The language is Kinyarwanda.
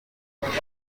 barimo